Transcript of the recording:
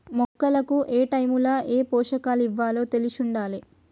మొక్కలకు ఏటైముల ఏ పోషకాలివ్వాలో తెలిశుండాలే